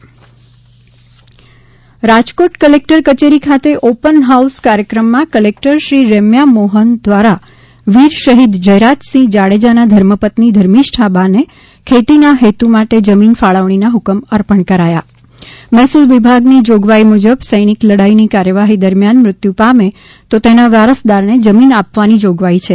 જમીન ફાળવણી રાજકોટ કલેકટર કચેરી ખાતે ઓપન હાઉસ કાર્યક્રમમાં કલેકટરશ્રી રેમ્યા મોહન્દ્વારા વીર શહીદ જયરાજસિંહ જાડેજાનાં ધર્મપત્નીસ ધર્મિષ્ઠા બાને ખેતીના હેતુ માટે જમીન ફાળવણીના ઠુકમ અર્પણ કરાયા મહેસુલ વિભાગની જોગવાઇ મુજબ સૈનિક લડાઇની કાર્યવાહી દરમિયાન મૃત્યુઠ પામે તો તેના વારસદારને જમીન આપવાની જોગવાઇ છે